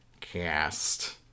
cast